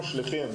אנחנו שליחים,